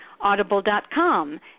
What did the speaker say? audible.com